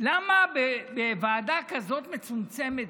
למה בוועדה כזאת מצומצמת,